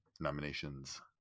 Nominations